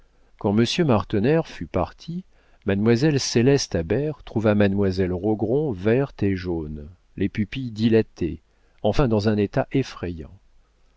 quand monsieur martener fut parti mademoiselle céleste habert trouva mademoiselle rogron verte et jaune les pupilles dilatées enfin dans un état effrayant